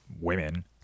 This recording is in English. women